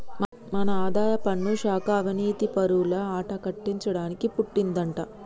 మన ఆదాయపన్ను శాఖ అవనీతిపరుల ఆట కట్టించడానికి పుట్టిందంటా